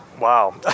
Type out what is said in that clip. Wow